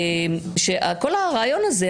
שכל הרעיון הזה,